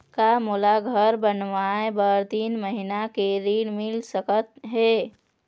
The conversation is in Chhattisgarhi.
का मोला घर बनाए बर तीन महीना के लिए ऋण मिल सकत हे?